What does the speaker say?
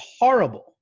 horrible